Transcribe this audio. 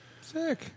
Sick